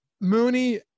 Mooney